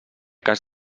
cas